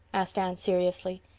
asked anne seriously.